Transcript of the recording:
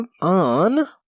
on